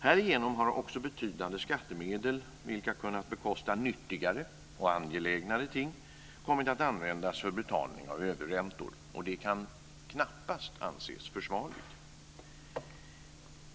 Härigenom har också betydande skattemedel, vilka kunnat bekosta nyttigare och angelägnare ting, kommit att användas för betalning av överräntor. Det kan knappast anses försvarligt.